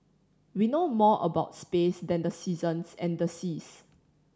we know more about space than the seasons and the seas